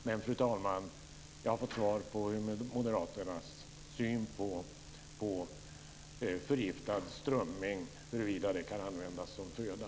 Men, fru talman, jag har fått svar på frågan om Moderaternas syn på förgiftad strömming och huruvida den kan användas som föda.